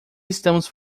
estamos